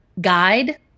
guide